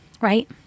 right